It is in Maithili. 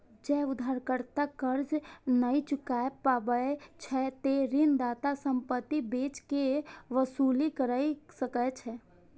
जौं उधारकर्ता कर्ज नै चुकाय पाबै छै, ते ऋणदाता संपत्ति बेच कें वसूली कैर सकै छै